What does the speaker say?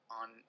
on